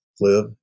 live